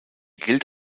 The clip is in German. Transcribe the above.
gilt